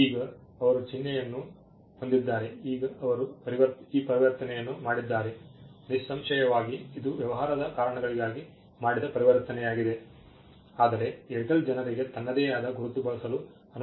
ಈಗ ಅವರು ಚಿಹ್ನೆಯನ್ನು ಹೊಂದಿದ್ದಾರೆ ಈಗ ಅವರು ಈ ಪರಿವರ್ತನೆಯನ್ನು ಮಾಡಿದ್ದಾರೆ ನಿಸ್ಸಂಶಯವಾಗಿ ಇದು ವ್ಯವಹಾರದ ಕಾರಣಗಳಿಗಾಗಿ ಮಾಡಿದ ಪರಿವರ್ತನೆಯಾಗಿದೆ ಆದರೆ ಏರ್ಟೆಲ್ ಜನರಿಗೆ ತನ್ನದೇ ಆದ ಗುರುತು ಬಳಸಲು ಅನುಮತಿಸುವುದಿಲ್ಲ